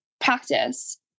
practice